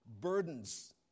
Burdens